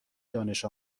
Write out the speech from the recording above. دانش